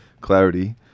Clarity